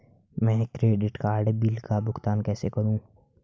मैं credit card bill का भुगतान कैसे करूं?